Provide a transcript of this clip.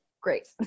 Great